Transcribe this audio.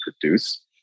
produce